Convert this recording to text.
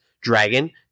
Dragon